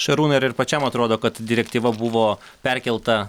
šarūnai ar ir pačiam atrodo kad direktyva buvo perkelta